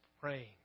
praying